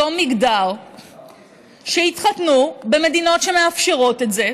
מגדר שהתחתנו במדינות שמאפשרות את זה,